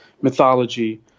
mythology